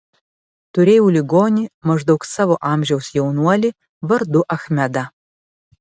turėjau ligonį maždaug savo amžiaus jaunuolį vardu achmedą